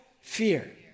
fear